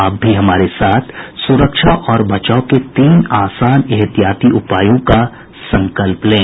आप भी हमारे साथ सुरक्षा और बचाव के तीन आसान एहतियाती उपायों का संकल्प लें